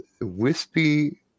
wispy